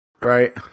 Right